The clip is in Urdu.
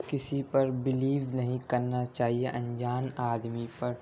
کسی پر بلیو نہیں کرنا چاہیے انجان آدمی پر